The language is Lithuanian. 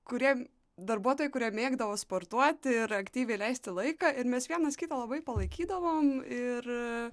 kurie darbuotojai kurie mėgdavo sportuoti ir aktyviai leisti laiką ir mes vienas kitą labai palaikydavom ir